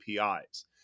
APIs